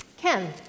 Ken